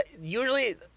usually